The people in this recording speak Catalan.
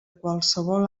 qualsevol